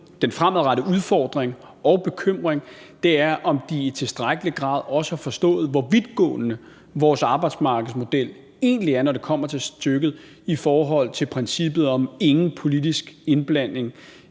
den fremadrettede udfordring og bekymring, er, om de i tilstrækkelig grad også har forstået, hvor vidtgående vores arbejdsmarkedsmodel egentlig er, når det kommer til stykket, i forhold til princippet om ingen politisk indblanding